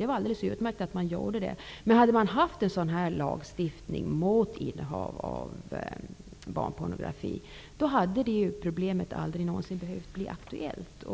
Det var alldeles utmärkt, men om man hade haft en lagstiftning mot innehav av barnpornografi, hade problemet aldrig någonsin behövt bli aktuellt.